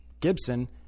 Gibson